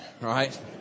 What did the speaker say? right